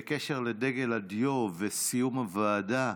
בקשר לדגל הדיו וסיום הוועדה,